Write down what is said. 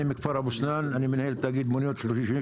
אני מכפר אבו סנאן,